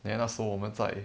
neh 那时候我们在